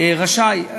רשאי.